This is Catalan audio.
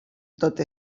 tot